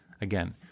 again